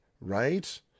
right